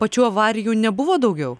pačių avarijų nebuvo daugiau